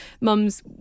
mums